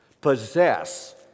possess